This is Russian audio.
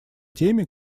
теме